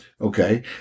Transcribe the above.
Okay